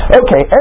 okay